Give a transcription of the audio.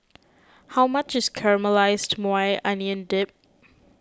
how much is Caramelized Maui Onion Dip